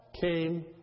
came